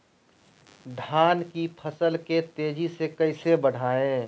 धान की फसल के तेजी से कैसे बढ़ाएं?